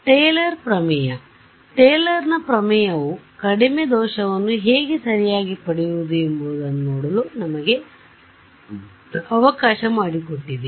Taylor ಪ್ರಮೇಯ ಟೇಲರ್ನ ಪ್ರಮೇಯವು ಕಡಿಮೆ ದೋಷವನ್ನು ಹೇಗೆ ಸರಿಯಾಗಿ ಪಡೆಯುವುದು ಎಂಬುದನ್ನು ನೋಡಲು ನಮಗೆ ಅವಕಾಶ ಮಾಡಿಕೊಟ್ಟಿದೆ